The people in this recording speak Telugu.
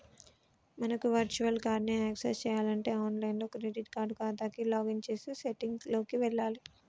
మనకు వర్చువల్ కార్డ్ ని యాక్సెస్ చేయాలంటే ఆన్లైన్ క్రెడిట్ కార్డ్ ఖాతాకు లాగిన్ చేసి సెట్టింగ్ లోకి వెళ్లాలి